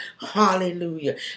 Hallelujah